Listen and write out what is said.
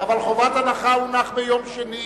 חובת הנחה, הונחה ביום שני